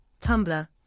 Tumblr